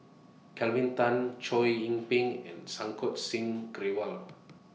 Kelvin Tan Chow Yian Ping and Santokh Singh Grewal